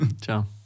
Ciao